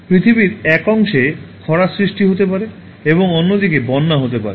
পৃথিবীর এক অংশে খরার সৃষ্টি হতে পারে এবং অন্যদিকে বন্যা হতে পারে